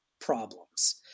problems